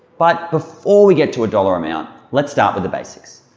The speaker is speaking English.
but before we get to a dollar amount let's start with the basics.